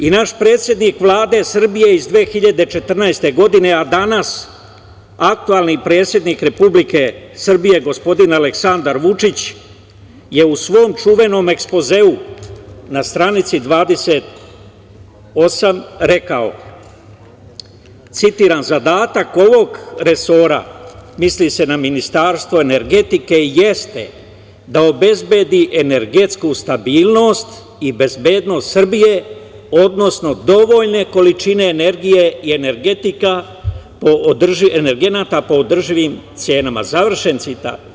I naš predsednik Vlade Srbije iz 2014. godine, a danas aktuelni predsednik Republike Srbije, gospodin Aleksandar Vučić, je u svom čuvenom Ekspozeu na stranici 28. rekao, citiram: „Zadatak ovog resora, misli se na Ministarstvo energetike, jeste da obezbedi energetsku stabilnost i bezbednost Srbije, odnosno dovoljne količine energije i energenata po održivim cenama“, završen citat.